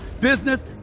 business